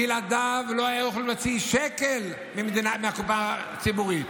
בלעדיו לא היו יכולים להוציא שקל מהקופה הציבורית,